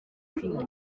mudamu